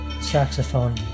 saxophone